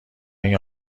این